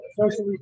socially